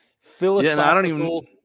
Philosophical